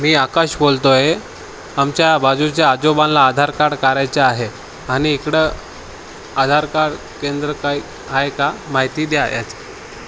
मी आकाश बोलतो आहे आमच्या बाजूच्या आजोबांना आधार कार्ड काढायचं आहे आणि इकडं आधार कार्ड केंद्र काय आहे का माहिती द्या याचं